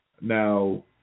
Now